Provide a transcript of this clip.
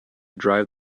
drive